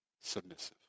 submissive